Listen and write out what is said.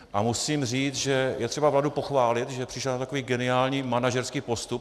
A musím říci, že je třeba vládu pochválit, že přišla na takový geniální manažerský postup.